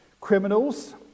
Criminals